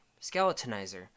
skeletonizer